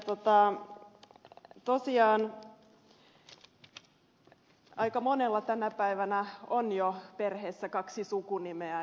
tosiaan tänä päivänä aika monella on jo perheessa kaksi sukunimeä